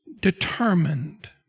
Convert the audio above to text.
determined